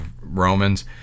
Romans